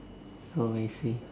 oh I see